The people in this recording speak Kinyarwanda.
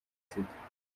sita